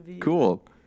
cool